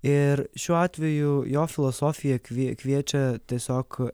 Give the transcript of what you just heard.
ir šiuo atveju jo filosofija kvie kviečia tiesiog